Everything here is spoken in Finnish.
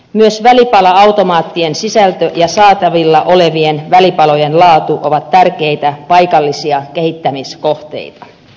myös välipala automaattien sisältö ja saatavilla olevien välipalojen laatu ovat tärkeitä paikallisia kehittämiskohteita